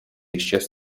исчез